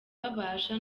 babasha